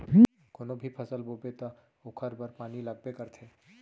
कोनो भी फसल बोबे त ओखर बर पानी लगबे करथे